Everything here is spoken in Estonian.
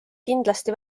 kindlasti